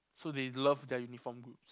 so they love their uniform groups